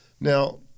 now